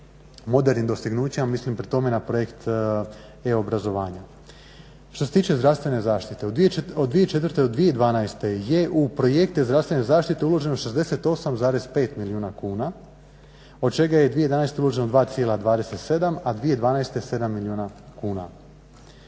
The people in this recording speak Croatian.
modernim dostignućima mislim pri tome na Projekt E-obrazovanja. Što se tiče zdravstvene zaštite od 2004.do 2012.je u projekte zdravstvene zaštite uloženo 68,5 milijuna kuna od čega je 2011.uloženo 2,27, a 2012. 7 milijuna kuna.